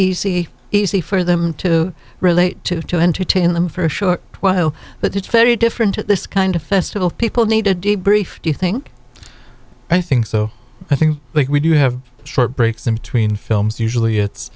easy easy for them to relate to to entertain them for a short while but it's very different at this kind of festival people need to debrief do you think i think so i think but we do have short breaks in between films usually it's